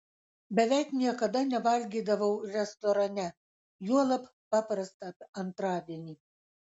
beveik niekada nevalgydavau restorane juolab paprastą antradienį